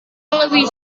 lebih